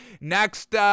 Next